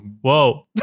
Whoa